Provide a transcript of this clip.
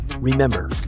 Remember